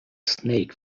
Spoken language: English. snake